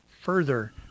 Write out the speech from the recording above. further